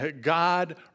God